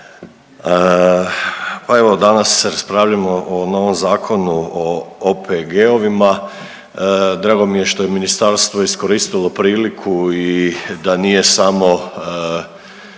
Pa evo danas raspravljamo o novom Zakonu o OPG-ovima, drago mi je što je ministarstvo iskoristilo priliku i da nije samo